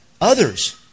others